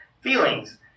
feelings